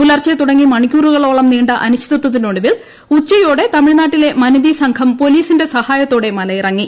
പുലർച്ചെ തുടങ്ങി മണിക്കൂറുകളോളം നീണ്ട അനിശ്ചിതത്വത്തിനൊടുവിൽ ഉച്ചയോടെ തമിഴ്നാട്ടിലെ മനിതി സംഘം പോലീസിന്റെ സഹായത്തോടെ മലയിറങ്ങി